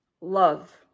love